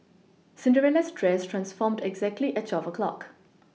Cinderella's dress transformed exactly at twelve o' clock